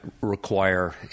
require